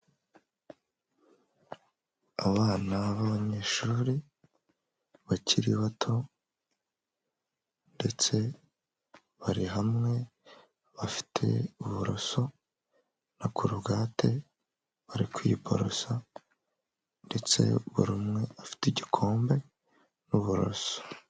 Abana b'abanyeshuri bakiri bato ndetse bari hamwe bafite uburoso na korogate bari kwiborosa ndetse buri umwe afite igikombe n'uburoso.